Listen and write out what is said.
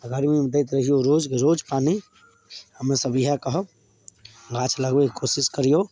गरमीमे दैत रहिऔ रोज रोज पानी हमेसभ इएह कहब गाछ लगबैके कोशिश करिऔ